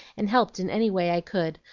and helped in any way i could,